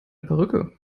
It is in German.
perücke